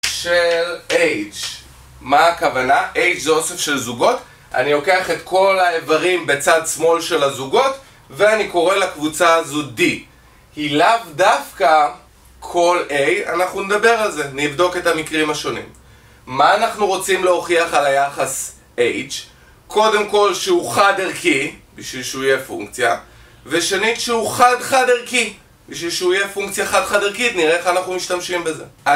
שלום רב, שמי ברק דור ואני המלך של העולם.